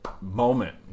moment